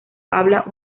habla